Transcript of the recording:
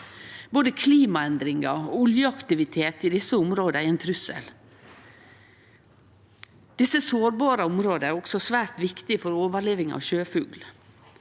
Både klimaendringar og oljeaktivitet i desse områda er ein trussel. Desse sårbare områda er også svært viktige for at sjøfugl